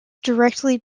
directly